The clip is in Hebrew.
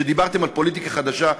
שדיברתם על פוליטיקה חדשה,